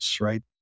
right